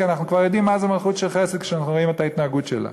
כי אנחנו כבר יודעים מה זה מלכות של חסד כשאנחנו רואים את ההתנהגות שלה,